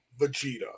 vegeta